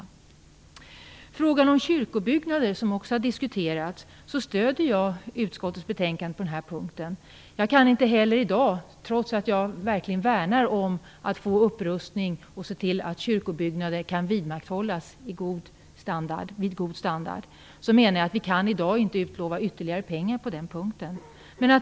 I frågan om kyrkobyggnader, som också har diskuterats, stöder jag utskottets betänkande. Trots att jag verkligen värnar om att få till stånd upprustning och se till att kyrkobyggnader kan vidmakthållas i god standard menar jag att vi i dag inte kan utlova ytterligare pengar på den punkten.